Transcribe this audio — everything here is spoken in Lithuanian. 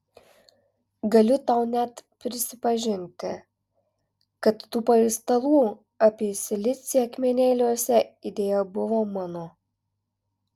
galiu tau net prisipažinti kad tų paistalų apie silicį akmenėliuose idėja buvo mano